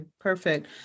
Perfect